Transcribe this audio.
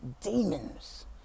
demons